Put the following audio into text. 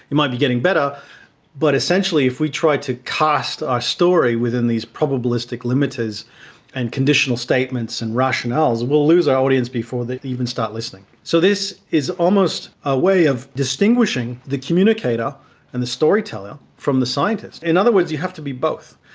it might be getting better but essentially if we tried to cast our story within these probabilistic limiters and conditional statements and rationales, we will lose our audience before they even start listening. so this is almost a way of distinguishing the communicator and the storyteller from the scientist. in other words, you have to be both.